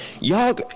Y'all